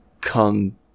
come